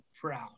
proud